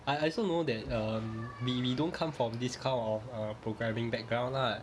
I I also know that um we we don't come from this kind of err programming background lah